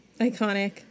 Iconic